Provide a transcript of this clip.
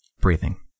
breathing